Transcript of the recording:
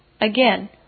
Again